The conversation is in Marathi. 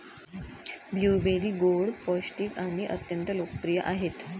ब्लूबेरी गोड, पौष्टिक आणि अत्यंत लोकप्रिय आहेत